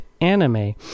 anime